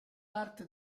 parte